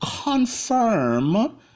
confirm